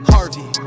Harvey